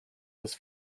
was